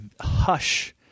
hush